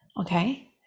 Okay